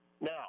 Now